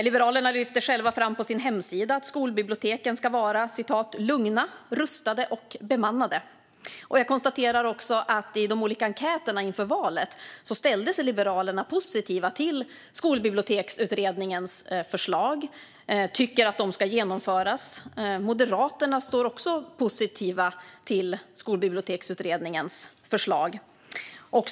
Liberalerna lyfter själva fram på sin hemsida att skolbiblioteken ska vara lugna, rustade och bemannade. Och jag konstaterar också att i de olika enkäterna inför valet ställer sig Liberalerna positiva till Skolbiblioteksutredningens förslag och tycker att de ska genomföras. Moderaterna är också positiva till Skolbiblioteksutredningens förslag.